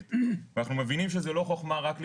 ג'לג'וליה וכל מי ששכחתי חשובה ביותר אבל אני